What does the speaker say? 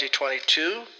2022